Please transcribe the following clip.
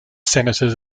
senators